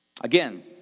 Again